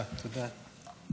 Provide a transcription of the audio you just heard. תודה.